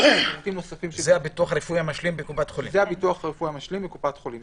זה הביטוח הרפואי המשלים מקופת חולים.